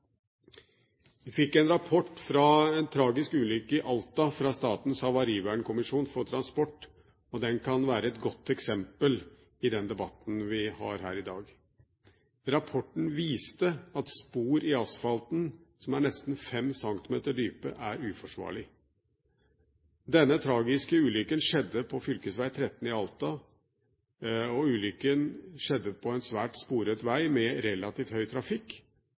Vi fikk en rapport fra en tragisk ulykke i Alta fra Statens havarikommisjon for transport, og den kan være et godt eksempel i forbindelse med den debatten vi har her i dag. Rapporten viste at spor i asfalten som er nesten 5 cm dype, er uforsvarlig. Denne tragiske ulykken skjedde på fv. 13 i Alta, på en svært sporete vei med relativt høy trafikk,